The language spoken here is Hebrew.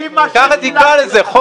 ככה תקרא לזה.